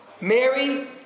Mary